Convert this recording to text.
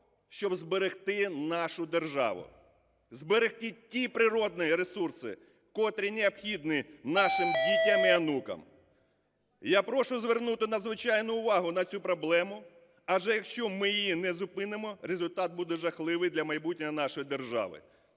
щоб зберегти нашу державу, зберегти ті природні ресурси, котрі необхідні нашим дітям і онукам. Я прошу звернути надзвичайну увагу на цю проблему, адже якщо ми її не зупинимо, результат буде жахливий для майбутнього нашої держави.